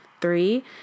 three